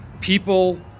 people